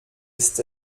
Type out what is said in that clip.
ist